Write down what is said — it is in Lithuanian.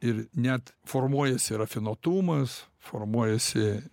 ir net formuojasi rafinuotumas formuojasi